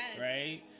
right